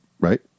right